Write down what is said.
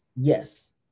Yes